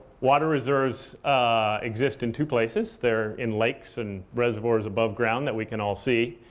water reserves exist in two places. they're in lakes and reservoirs above ground that we can all see,